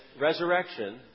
resurrection